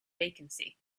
vacancy